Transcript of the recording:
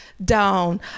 down